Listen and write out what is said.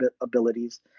abilities